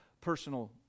personal